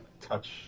touch